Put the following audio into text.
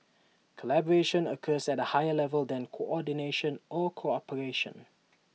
collaboration occurs at A higher level than coordination or cooperation